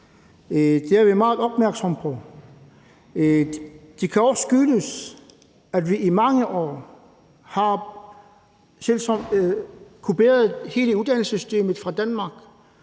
er vi meget opmærksomme på. Det kan også skyldes, at vi i mange år har kopieret hele uddannelsessystemet fra Danmark,